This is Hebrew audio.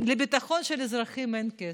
ולביטחון של האזרחים אין כסף.